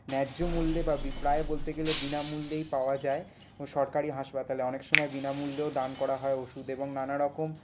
ন্যায্য মূল্যে বা প্রায় বলতে গেলে বিনামূল্যেই পাওয়া যায় সরকারি হাসপাতালে অনেক সময় বিনামূল্যেও দান করা হয় ওষুধ এবং নানারকম